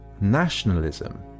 Nationalism